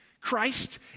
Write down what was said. Christ